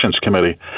Committee